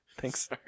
Thanks